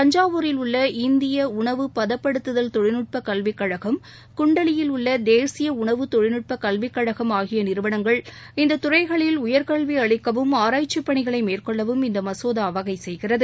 தஞ்சாவூரில் உள்ள இந்திய உணவுப் படுத்தப்படுத்துதல் தொழில்நுட்பக் கல்விக் கழகம் குண்டலியில் உள்ள தேசிய உணவு தொழில்நுட்பக் கல்விக் கழகம் ஆகிய நிறுவனங்கள் இந்தத் துறைகளில் உயர்கல்வி அளிக்கவும் ஆராய்ச்சி பணிகளை மேற்கொள்ளவும் இந்த மசோதா வகை செய்கிறது